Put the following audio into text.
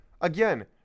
Again